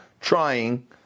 trying